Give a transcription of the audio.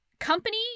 company